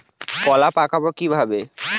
কলা পাকাবো কিভাবে?